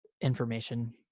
information